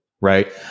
right